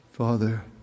Father